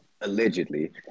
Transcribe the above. allegedly